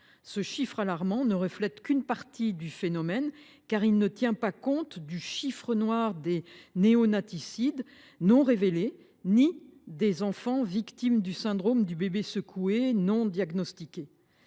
Ce chiffre alarmant ne reflète qu’une partie du phénomène, car il ne tient compte ni du « chiffre noir » des néonaticides non révélés ni des enfants victimes du syndrome du bébé secoué non diagnostiqué.